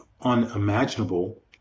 unimaginable